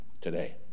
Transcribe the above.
today